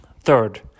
Third